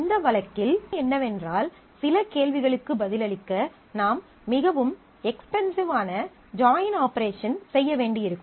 அந்த வழக்கில் நிலைமை என்னவென்றால் சில கேள்விகளுக்கு பதிலளிக்க நாம் மிகவும் எக்ஸ்பென்சிவான ஜாயின் ஆபரேஷன் செய்ய வேண்டியிருக்கும்